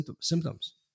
symptoms